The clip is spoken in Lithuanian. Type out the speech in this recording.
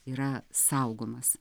yra saugomas